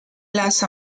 las